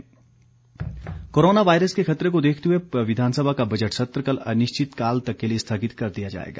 budget सत्र corona virus के खतरे को देखते हुए विधानसभा का बजट सत्र कल अनिश्चित काल तक के लिए स्थगित कर दिया जाएगा